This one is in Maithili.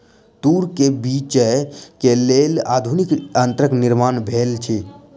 तूर के बीछै के लेल आधुनिक यंत्रक निर्माण भेल अछि